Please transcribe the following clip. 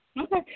Okay